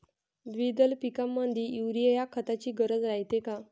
द्विदल पिकामंदी युरीया या खताची गरज रायते का?